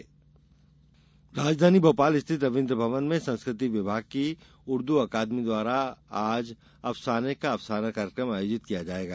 उर्दू अकादमी राजधानी भोपाल स्थित रविन्द्र भवन में संस्कृति विभाग की उर्दू अकादमी द्वारा आज अफसाने का अफसाना कार्यक्रम आयोजन किया जाएगा